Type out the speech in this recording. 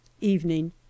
Evening